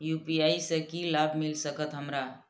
UPI से की लाभ मिल सकत हमरा?